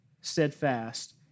steadfast